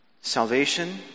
Salvation